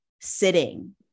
sitting